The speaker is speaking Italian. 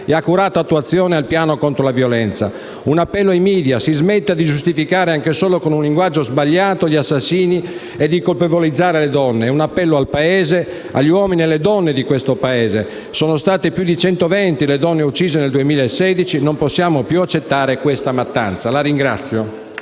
e accurata attuazione al piano contro la violenza. Un appello ai *media*: si smetta di giustificare, anche solo con un linguaggio sbagliato, gli assassini e di colpevolizzare le donne. Un appello agli uomini e alle donne di questo Paese: sono state più di centoventi le donne uccise nel 2016; non possiamo più accettare questa mattanza. *(Applausi